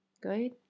Good